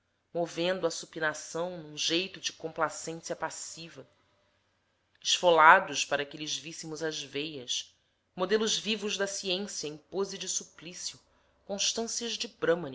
movendo a supinação num jeito de complacência passiva esfolados para que lhes víssemos as veias modelos vivos da ciência em pose de suplício constância de